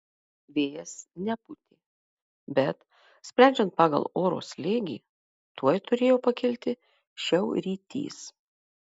vėjas nepūtė bet sprendžiant pagal oro slėgį tuoj turėjo pakilti šiaurrytys